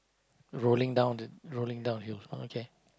rolling down the rolling downhill oh okay